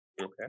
Okay